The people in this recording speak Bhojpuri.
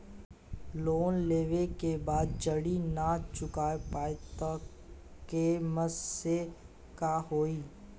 लोन लेवे के बाद जड़ी ना चुका पाएं तब के केसमे का होई?